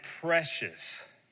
precious